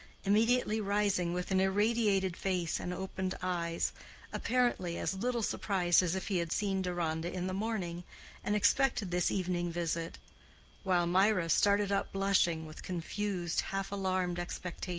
immediately rising with an irradiated face and opened eyes apparently as little surprised as if he had seen deronda in the morning and expected this evening visit while mirah started up blushing with confused, half-alarmed expectation.